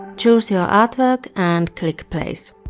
choose your artwork and click place.